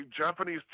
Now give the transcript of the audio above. Japanese